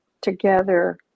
together